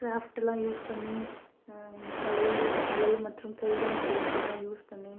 க்ராஃப்ட்லாம் use பண்ணி கலை கலை மற்றும் கைவினை பொருட்களெலாம் யூஸ் பண்ணி